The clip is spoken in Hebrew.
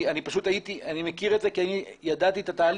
אני מכיר את זה כי אני ידעתי את התהליך.